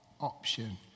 option